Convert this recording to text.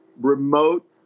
remote